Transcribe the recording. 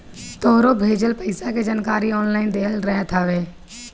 तोहरो भेजल पईसा के जानकारी ऑनलाइन देहल रहत हवे